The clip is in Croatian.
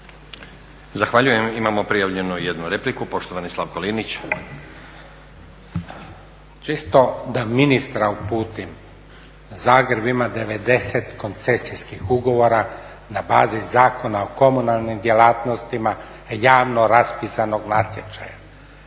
Zahvaljujem. Imamo prijavljenu jednu repliku. Poštovani Slavko Linić. **Linić, Slavko (Nezavisni)** Čisto da ministra uputim. Zagreb ima 90 koncesijskih ugovora na bazi Zakona o komunalnim djelatnostima javno raspisanog natječaja.